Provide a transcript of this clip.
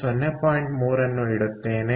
3 ಅನ್ನು ಇಡುತ್ತೇನೆ